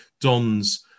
Don's